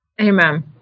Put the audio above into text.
Amen